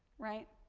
right.